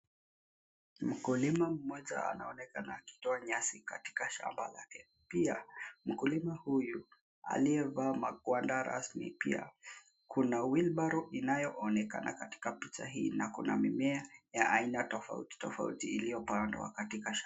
Mkulima mmoja anaonekana akitoa nyasi katika shamba lake. Pia mkulima huyu aliyevaa magwanda rasmi, pia kuna wheelbarrow inayoonekana katika picha hii na kuna mimea ya aina tofauti tofauti iliyopandwa katika shamba.